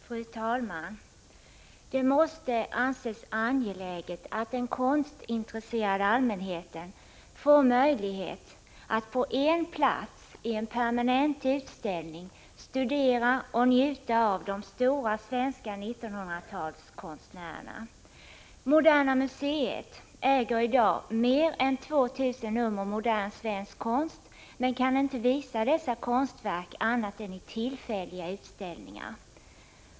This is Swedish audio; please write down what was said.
Fru talman! Det måste anses angeläget att den konstintresserade allmänheten får möjlighet att på en plats — i en permanent utställning — studera och njuta av de stora svenska 1900-talskonstnärerna. Moderna museet äger i dag mer än 2 000 nummer modern svensk konst 7 men kan inte visa dessa konstverk annat än i tillfälliga utställningar.